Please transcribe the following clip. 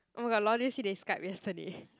oh my god lol did you see they Skype yesterday